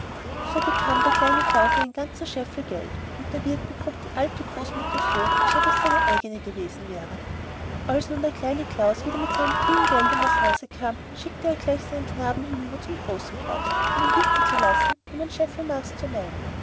so bekam der kleine klaus einen ganzen scheffel geld und der wirt begrub die alte großmutter so als ob es seine eigene gewesen wäre als nun der kleine klaus wieder mit dem vielen gelde nach hause kam schickte er gleich seinen knaben hinüber zum großen klaus um ihn bitten zu lassen ihm ein scheffelmaß zu leihen